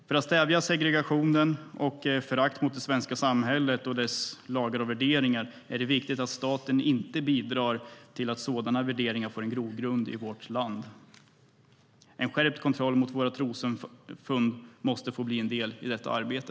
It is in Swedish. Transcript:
För att stävja segregation och förakt mot det svenska samhället och dess lagar och värderingar är det viktigt att staten inte bidrar till att sådana värderingar får en grogrund i vårt land. En skärpt kontroll mot våra trossamfund måste få bli en del i detta arbete.